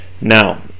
Now